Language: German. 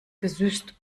gesüßt